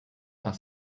are